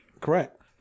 Correct